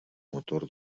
motor